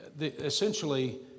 essentially